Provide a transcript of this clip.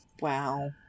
Wow